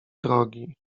drogi